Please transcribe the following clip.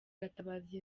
gatabazi